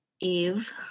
Eve